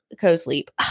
co-sleep